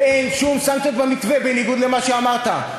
ואין שום סנקציות במתווה, בניגוד למה שאמרת.